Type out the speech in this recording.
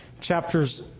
chapters